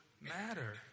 matter